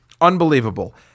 Unbelievable